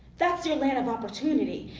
that's your land of opportunity.